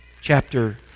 chapter